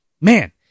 man